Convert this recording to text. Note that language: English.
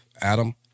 Adam